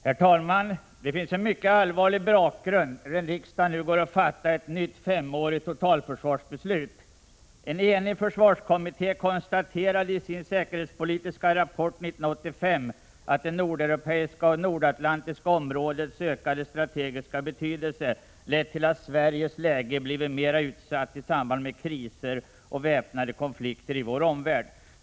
Herr talman! Det finns en mycket allvarlig bakgrund när riksdagen nu går att fatta ett nytt femårigt totalförsvarsbeslut. En enig försvarskommitté konstaterade i sin säkerhetspolitiska rapport 1985 att det nordeuropeiska och nordatlantiska områdets ökade strategiska betydelse lett till att Sveriges läge blivit mera utsatt i samband med kriser och väpnade konflikter i vår omvärld.